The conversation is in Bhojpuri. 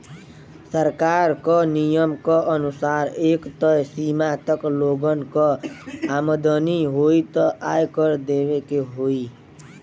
सरकार क नियम क अनुसार एक तय सीमा तक लोगन क आमदनी होइ त आय कर देवे के होइ